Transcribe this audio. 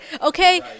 Okay